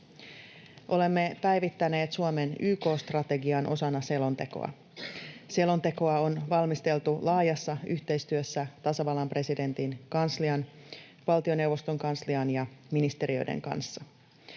Olemme päivittäneet Suomen YK-strategian osana selontekoa. Selontekoa on valmisteltu laajassa yhteistyössä tasavallan presidentin kanslian, valtioneuvoston kanslian ja ministeriöiden kanssa.